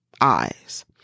eyes